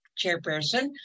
chairperson